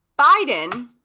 Biden